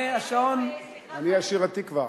המונה, השעון, סליחה, אני אשיר "התקווה".